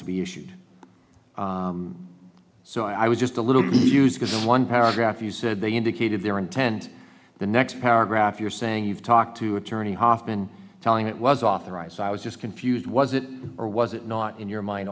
issued so i was just a little used because in one paragraph you said they indicated their intent the next paragraph you're saying you've talked to attorney hoffman telling it was authorized i was just confused was it or was it not in your mind